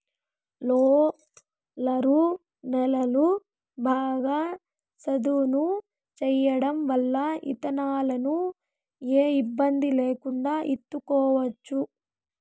roller నేలను బాగా సదును చేయడం వల్ల ఇత్తనాలను ఏ ఇబ్బంది లేకుండా ఇత్తుకోవచ్చు